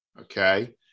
Okay